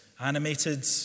animated